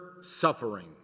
suffering